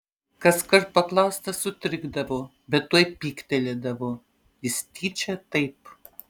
kaskart paklaustas sutrikdavo bet tuoj pyktelėdavo jis tyčia taip